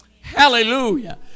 Hallelujah